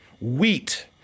wheat